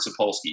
Sapolsky